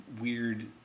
weird